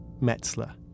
Metzler